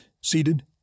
Seated